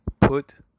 Put